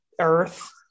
earth